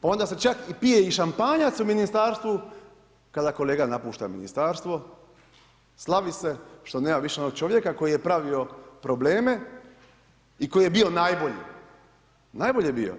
Onda se čak i pije šampanjac u ministarstvu kada kolega napušta ministarstvo, slavi se što nema više onog čovjeka koji je pravio probleme i koji je bio najbolji, najbolji je bio.